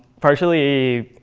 partially,